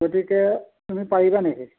গতিকে তুমি পাৰিবা নেকি